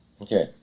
Okay